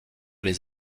les